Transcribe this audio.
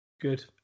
Good